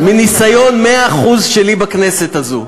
אני אומר לך עוד פעם: אני מדבר מניסיון מאה אחוז שלי בכנסת הזו,